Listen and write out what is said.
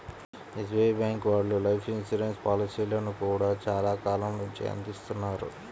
SBI bank వాళ్ళు life insurance పాలసీలను గూడా చానా కాలం నుంచే అందిత్తన్నారు